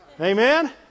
Amen